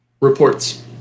Reports